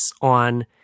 on